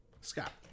Scott